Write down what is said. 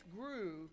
grew